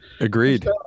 Agreed